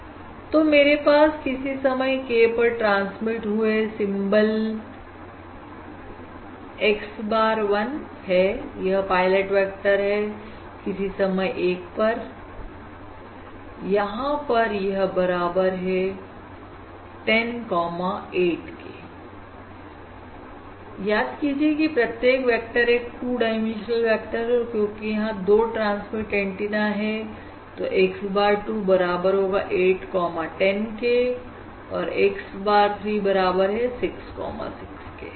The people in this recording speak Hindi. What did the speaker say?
ठीक तो मेरे पास किसी समय k पर ट्रांसमिट हुए सिंबल x bar 1 है यह पायलट वेक्टर है किसी समय 1 पर यहां यह बराबर है 10 8 की याद है प्रत्येक वेक्टर एक 2 डाइमेंशनल वेक्टर है और क्योंकि यहां पर दो ट्रांसमिट एंटीना है तो x bar 2 बराबर है 8 कोमा 10 के और x bar 3 बराबर है 6 कोमा 6 के